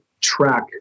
track